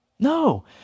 No